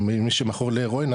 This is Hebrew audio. מי שמכור להרואין,